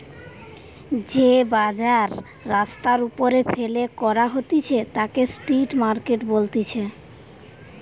যে বাজার রাস্তার ওপরে ফেলে করা হতিছে তাকে স্ট্রিট মার্কেট বলতিছে